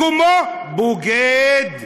מקומו, בוגד.